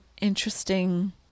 Interesting